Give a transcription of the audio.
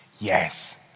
Yes